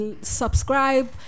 subscribe